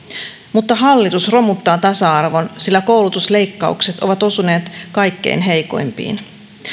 mutta hallitus romuttaa tasa arvon sillä koulutusleikkaukset ovat osuneet kaikkein heikoimpiin